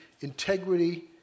integrity